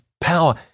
power